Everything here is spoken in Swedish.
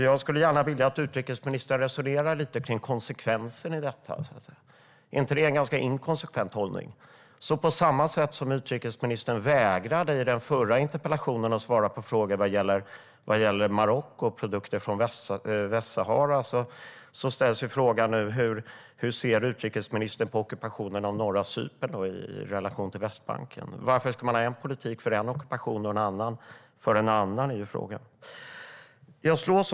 Jag skulle gärna vilja att utrikesministern resonerar lite om konsekvenserna. Är inte detta en ganska inkonsekvent hållning? Utrikesministern vägrade i den förra interpellationsdebatten att svara på frågor vad gäller Marocko och produkter från Västsahara. Jag ställer nu på samma sätt frågan: Hur ser utrikesministern på ockupationen av norra Cypern i relation till Västbanken? Varför ska man ha en politik för en ockupation och en annan för en annan? Det är frågan. Herr talman!